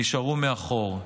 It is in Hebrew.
נשארו מאחור.